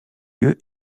lieu